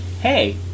hey